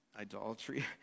idolatry